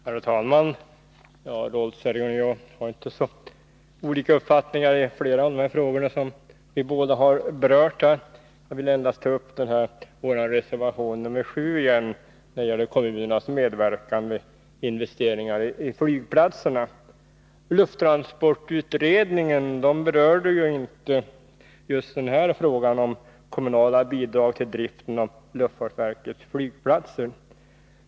Herr talman! Rolf Sellgren och jag har inte så skilda uppfattningar i de frågor som vi båda har berört här. Jag vill ändå återkomma till vår reservation nr 7 om kommunernas medverkan vid investeringar i flygplatserna. Lufttransportutredningen berörde inte frågan om kommunala bidrag till driften av luftfartsverkets flygplatser.